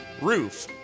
roof